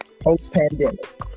post-pandemic